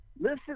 Listen